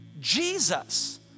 Jesus